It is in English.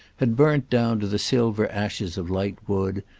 had burnt down to the silver ashes of light wood,